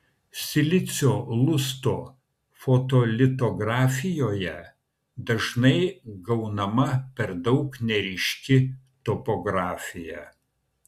silicio lusto fotolitografijoje dažnai gaunama per daug neryški topografija